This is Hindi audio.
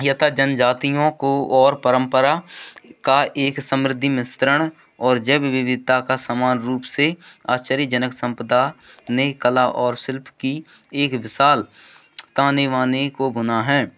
यथा जनजातियों को और परम्परा का एक समृद्धि मिश्रण और जैव विविधता का समान रूप से आश्चर्यजनक सम्पदा ने कला और शिल्प की एक विशाल ताने बाने को बुना है